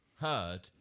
heard